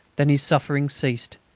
then his sufferings ceased,